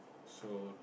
so